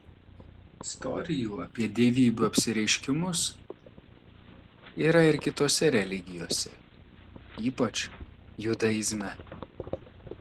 istorijų apie dievybių apsireiškimus yra ir kitose religijose ypač judaizme